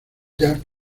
jack